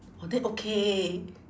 oh then okay